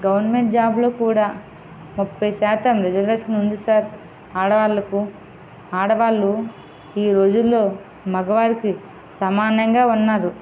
government జాబ్లో కూడా ముప్పై శాతం రిజర్వేషన్ ఉంది సార్ ఆడవాళ్ళకు ఆడవాళ్ళు ఈరోజులలో మగవారికి సమానంగా ఉన్నరు